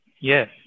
Yes